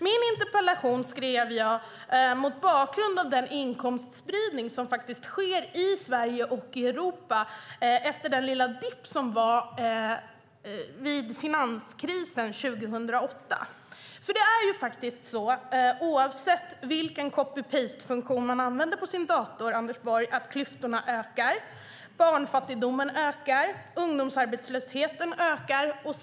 Min interpellation skrev jag mot bakgrund av den inkomstspridning som sker i Sverige och i Europa efter den lilla dippen under finanskrisen 2008. Oavsett vilken copy-paste-funktion man använder på sin dator, Anders Borg, ökar klyftorna. Vidare ökar barnfattigdomen och ungdomsarbetslösheten.